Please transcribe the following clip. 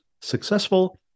successful